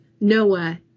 Noah